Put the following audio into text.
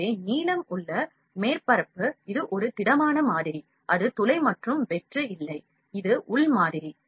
எனவே நீலம் உள்ளே மேற்பரப்பு இது ஒரு திடமான மாதிரி அது துளை மற்றும் வெற்று இல்லை இது உள் மாதிரி